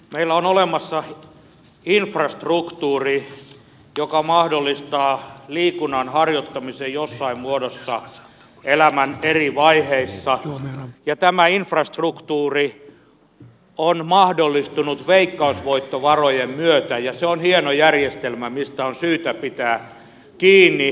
meillä on olemassa infrastruktuuri joka mahdollistaa liikunnan harjoittamisen jossain muodossa elämän eri vaiheissa ja tämä infrastruktuuri on mahdollistunut veikkausvoittovarojen myötä ja se on hieno järjestelmä mistä on syytä pitää kiinni